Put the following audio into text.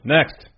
Next